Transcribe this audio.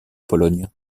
pologne